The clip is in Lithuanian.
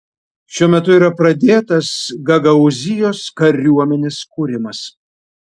šiuo metu yra pradėtas gagaūzijos kariuomenės kūrimas